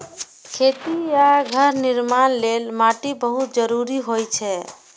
खेती आ घर निर्माण लेल माटि बहुत जरूरी होइ छै